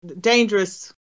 dangerous